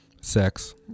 sex